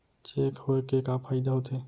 Cheque होए के का फाइदा होथे?